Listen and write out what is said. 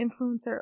influencer